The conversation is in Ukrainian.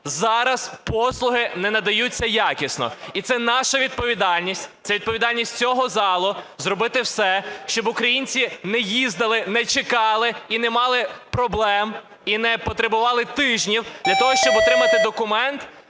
зараз послуги не надаються якісно. І це наша відповідальність, це відповідальність всього залу – зробити все, щоб українці не їздили, не чекали і не мали проблем, і не потребували тижнів, щоб отримати документ,